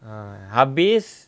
uh habis